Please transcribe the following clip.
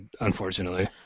unfortunately